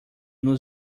nos